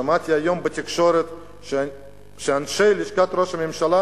שמעתי היום בתקשורת שאנשי לשכת ראש הממשלה